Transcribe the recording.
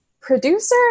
producer